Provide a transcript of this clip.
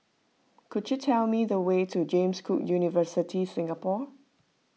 could you tell me the way to James Cook University Singapore